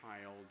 child